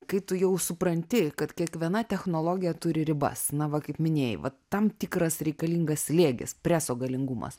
kai tu jau supranti kad kiekviena technologija turi ribas na va kaip minėjai vat tam tikras reikalingas slėgis preso galingumas